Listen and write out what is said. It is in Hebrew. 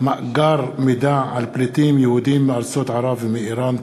מאגר מידע על פליטים יהודים מארצות ערב ומאיראן.